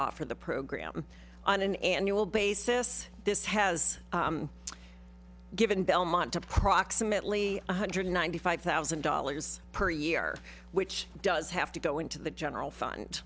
offer the program on an annual basis this has given belmont approximately one hundred ninety five thousand dollars per year which does have to go into the general fund